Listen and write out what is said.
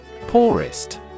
Poorest